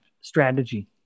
strategy